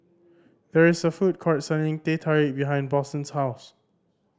there is a food court selling Teh Tarik behind Boston's house